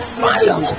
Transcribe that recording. fire